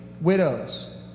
widows